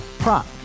Prop